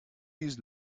use